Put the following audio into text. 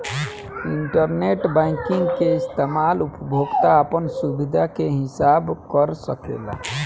internet banking के इस्तमाल उपभोक्ता आपन सुबिधा के हिसाब कर सकेला